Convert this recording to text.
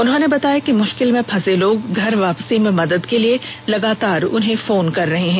उन्होंने बताया कि मुष्किल में फंसे लोग घर वापसी में मदद के लिए लगातार उन्हें फोन कर रहे है